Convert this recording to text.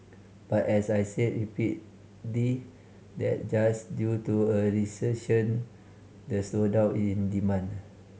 but as I said repeatedly that just due to a recession the slowdown in demand